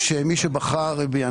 מי שבחר בי,